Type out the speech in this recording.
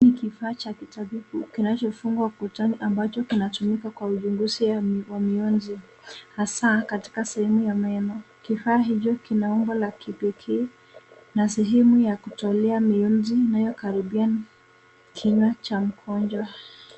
Hii ni kifaa cha utabibu kinachofungwa ukutani ambacho kinatumika kwa uchunguzi ya mionzi hasa katika sehemu ya meno. Kifaa hicho kina umbo la kipekee na sehemu ya kutolea mionzi inayokaribiana na kinywa cha mgonjwa.